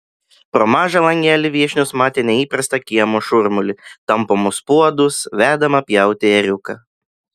pro mažą langelį viešnios matė neįprastą kiemo šurmulį tampomus puodus vedamą pjauti ėriuką